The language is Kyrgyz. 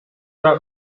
ара